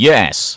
Yes